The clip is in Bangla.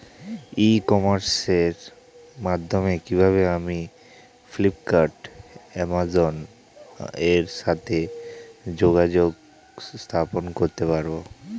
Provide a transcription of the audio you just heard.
ই কমার্সের মাধ্যমে কিভাবে আমি ফ্লিপকার্ট অ্যামাজন এর সাথে যোগাযোগ স্থাপন করতে পারব?